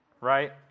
Right